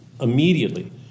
Immediately